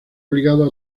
obligada